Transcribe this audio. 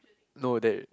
no they